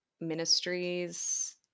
Ministries